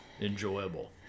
enjoyable